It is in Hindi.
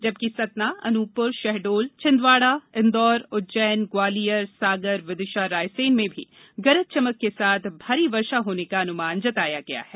जबकि सतना अनूपप्र शहडोल दिन्दवाड़ा इन्दौर उज्जैन ग्वालियर सागर विदिशा रायसेन में भी गरज चमक के साथ भारी वर्षा होने का अनुमान जताया गया है